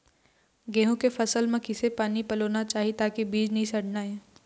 गेहूं के फसल म किसे पानी पलोना चाही ताकि बीज नई सड़ना ये?